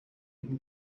been